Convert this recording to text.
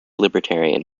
libertarian